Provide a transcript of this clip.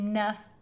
Enough